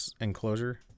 enclosure